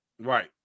Right